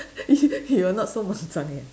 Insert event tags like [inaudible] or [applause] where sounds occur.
[laughs] you you will not so eh